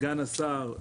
סגן השר,